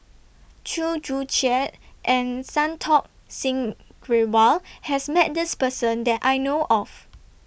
Chew Joo Chiat and Santokh Singh Grewal has Met This Person that I know of